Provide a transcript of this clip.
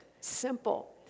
Simple